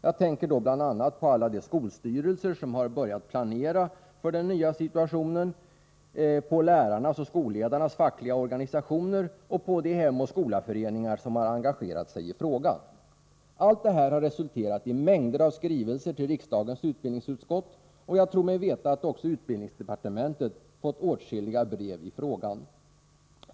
Jag tänker bl.a. på alla de skolstyrelser som har börjat planera för den nya situationen, på lärarnas och skolledarnas fackliga organisationer och på de Hem och skola-föreningar som har engagerat sig i frågan. Allt detta har resulterat i mängder av skrivelser till riksdagens utbildningsutskott, och jag tror mig veta att också utbildningsdepartementet har fått åtskilliga brev i frågan.